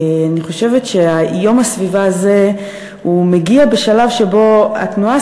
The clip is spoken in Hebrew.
אני חושבת שיום הסביבה הזה מגיע בשלב שבו התנועה